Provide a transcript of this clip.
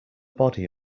body